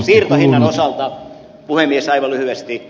siirtohinnan osalta puhemies aivan lyhyesti